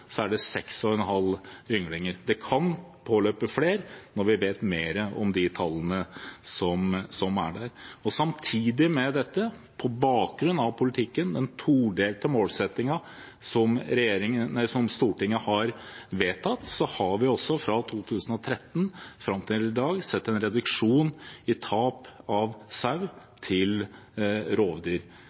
er det på 6,5 ynglinger. Det kan påløpe flere når vi vet mer om de tallene som er der. Samtidig med dette har vi – på bakgrunn av politikken, den todelte målsettingen som Stortinget har vedtatt – fra 2013 og fram til i dag sett en reduksjon i tap av sau til rovdyr.